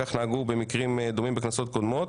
שכך נהגו במקרים דומים בכנסות קודמות,